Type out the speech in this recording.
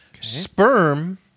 Sperm